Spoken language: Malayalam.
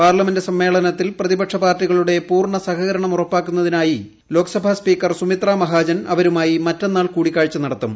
പാർലമെന്റ് സമ്മേളനത്തിൽ പ്രതിപക്ഷ പാർട്ടികളുടെ പൂർണ്ണ സഹകരണം ഉറപ്പാക്കുന്നതിനായി ലോക്സഭാ സ്പീക്കർ സുമിത്രാ മഹാജൻ അവരുമായി മറ്റെന്നാൾ കൂടിക്കാഴ്ച നടത്തും